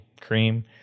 cream